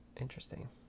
Interesting